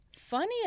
Funny